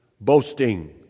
boasting